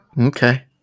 Okay